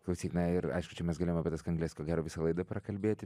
klausyk na ir aišku čia mes galim apie tas kankles ko gero visą laidą prakalbėti